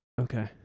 okay